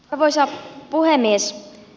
arvoisa puhemies